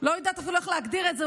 לא יודעת אפילו איך להגדיר את זה,